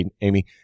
Amy